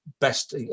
best